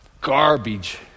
garbage